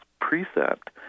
precept